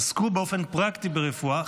עסקו באופן פרקטי ברפואה.